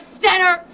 center